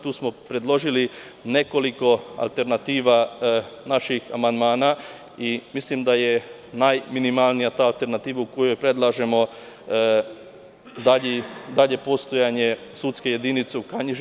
Tu smo predložili nekoliko alternativa, naših amandmana i mislim da je najminimalnija ta alternativa u kojoj predlažemo dalje postojanje sudske jedinice u Kanjiži.